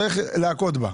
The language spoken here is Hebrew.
צריך להכות בה,